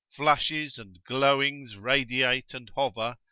flushes and g-lowingfs radiate and hover.